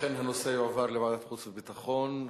אכן הנושא יועבר לוועדת החוץ והביטחון,